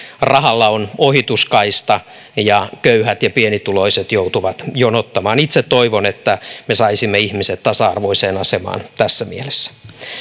rahalla on ohituskaista ja köyhät ja pienituloiset joutuvat jonottamaan itse toivon että me saisimme ihmiset tasa arvoiseen asemaan tässä mielessä